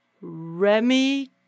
Remy